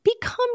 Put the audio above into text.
become